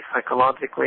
psychologically